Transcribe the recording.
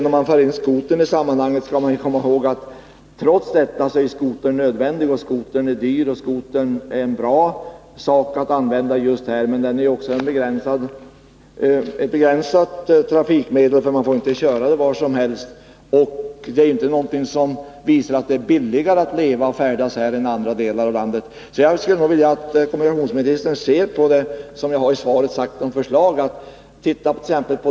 Om man för in skotern i sammanhanget skall man komma ihåg: Skotern är nödvändig och bra att använda i just dessa områden, men skotern är ett begränsat trafikmedel, eftersom man inte får köra den var som helst. Och det finns inte någonting som visar att det är billigare att leva och färdas här än i andra delar av landet. Jag skulle nog vilja att kommunikationsministern ser på det som jag framfört som ett förslag.